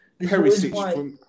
Perisic